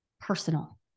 personal